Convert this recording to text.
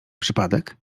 przypadek